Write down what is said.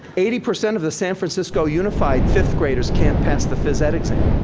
eighty percent of the san francisco unified fifth graders can't pass the phys ed exam.